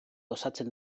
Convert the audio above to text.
osatzen